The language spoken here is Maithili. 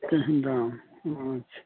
केहन दाम सुनेने छै